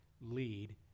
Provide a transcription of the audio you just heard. lead